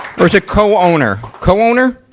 or is it co-owner? co-owner?